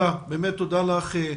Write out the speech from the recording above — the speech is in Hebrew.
תודה, באמת תודה לך.